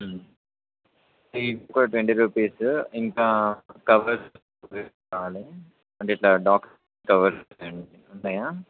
ఇ twenty rupees ఇంకా covers కావాలి అంటే ఇట్లా డాక్ కవర్ ఉంటాయా